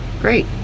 Great